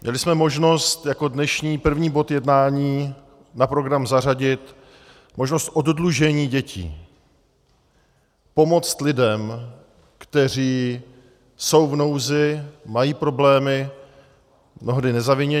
Měli jsme možnost jako dnešní první bod jednání na program zařadit možnost oddlužení dětí, pomoct lidem, kteří jsou v nouzi, mají problémy mnohdy nezaviněně.